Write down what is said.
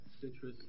Citrus